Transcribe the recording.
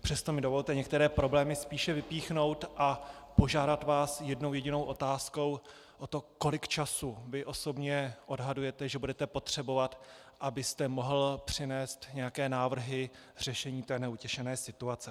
Přesto mi dovolte některé problémy spíše vypíchnout a požádat vás jednou jedinou otázkou o to, kolik času vy osobně odhadujete, že budete potřebovat, abyste mohl přinést nějaké návrhy řešení té neutěšené situace.